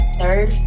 third